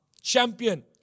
champion